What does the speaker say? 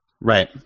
Right